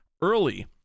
early